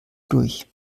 durch